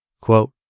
Quote